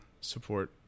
support